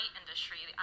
industry